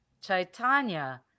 Chaitanya